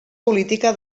política